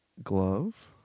Glove